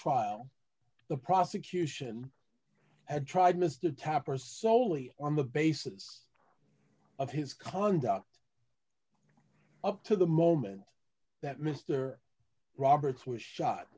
trial the prosecution had tried mr tapper soley on the basis of his conduct up to the moment that mr roberts was shot